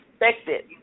expected